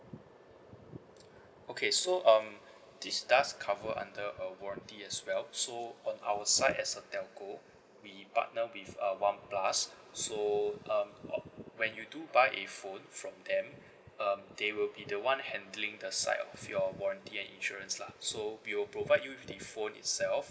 okay so um this does cover under a warranty as well so on our side as a telco we partner with uh one plus so um or when you do buy a phone from them um they will be the one handling the side of your warranty and insurance lah so we will provide you with the phone itself